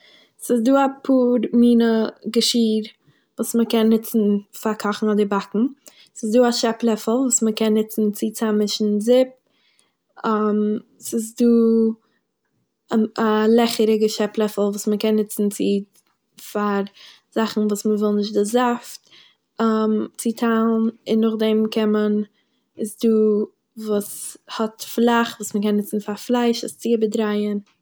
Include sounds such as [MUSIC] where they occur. ס'איז דא אפאר מינע געשיר וואס מ'קען נוצן פאר קאכן אדער באקן, ס'איז דא א שעפלעפל וואס מ'קען נוצן צו צאממישן זופ, [HESITATION] ס'איז דא [HESITATION] א לעכעריגע שעפלעפל וואס מ'קען נוצן צו- פאר זאכן וואס מ'וויל נישט די זאפט, [HESITATION] צו טיילן און נאכדעם קען מען איז דא וואס האט פלאך וואס מ'קען נוצן פאר פלייש עס צו איבערדרייען.